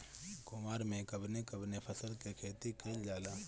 कुवार में कवने कवने फसल के खेती कयिल जाला?